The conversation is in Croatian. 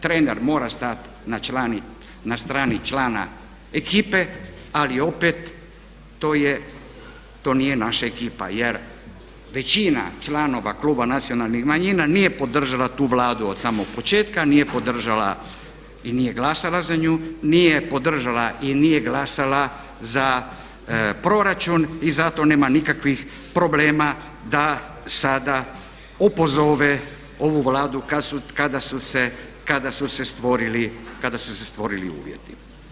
Trener mora stati na strani člana ekipe ali opet to nije naša ekipa jer većina članova kluba Nacionalnih manjina nije podržala tu Vladu od samog početka, nije podržala i nije glasala za nju, nije podržala i nije glasala za proračun i zato nema nikakvih problema da sada opozove ovu Vladu kada su se stvorili uvjeti.